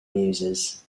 muses